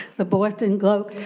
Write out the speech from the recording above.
the boston globe.